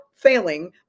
failing